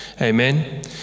Amen